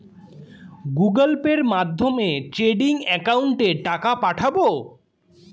Google পের মাধ্যমে trading একাউন্টে টাকা পাঠাবো?